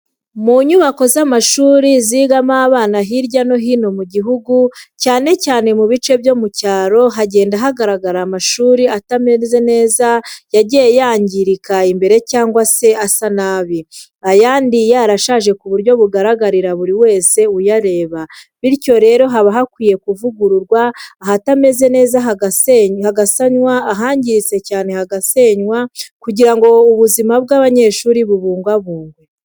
Mu nyubako z'amashuri yigamo abana hirya no hino mu gihugu, cyane cyane mu bice byo mu cyaro, hagenda hagaragara amashuri atameze neza yagiye yangirikamo imbere cyangwa se asa nabi, ayandi yarashaje ku buryo bugaragarira buri wese uyareba. Bityo rero haba hakwiye kuvugururwa, ahatameze neza hagasanwa ahangiritse cyane hagasenwa kugira ngo ubuzima bw'abanyeshuri bubungwabungwe.